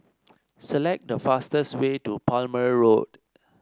select the fastest way to Plumer Road